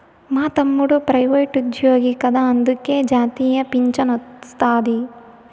మా తమ్ముడు ప్రైవేటుజ్జోగి కదా అందులకే జాతీయ పింఛనొస్తాది